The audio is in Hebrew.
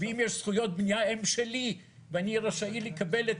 ואם יש זכויות בנייה הן שלי ואני רשאי לקבל את